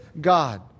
God